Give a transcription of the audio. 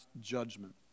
judgment